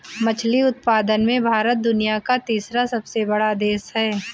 मछली उत्पादन में भारत दुनिया का तीसरा सबसे बड़ा देश है